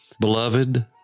Beloved